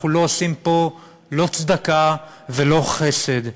אנחנו לא עושים פה לא צדקה ולא חסד.